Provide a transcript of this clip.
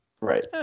Right